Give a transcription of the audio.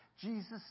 Jesus